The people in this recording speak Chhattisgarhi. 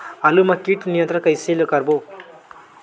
आलू मा कीट नियंत्रण कइसे करबो?